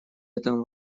этом